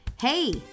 Hey